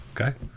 Okay